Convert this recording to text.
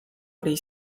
oli